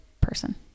person